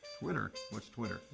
twitter? what's twitter?